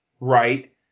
right